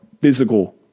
physical